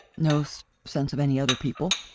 no so sense of any other people.